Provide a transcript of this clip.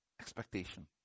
Expectation